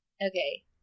okay